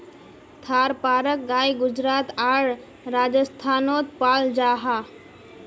थारपारकर गाय गुजरात आर राजस्थानोत पाल जाहा